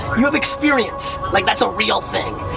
you have experience. like, that's a real thing.